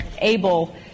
able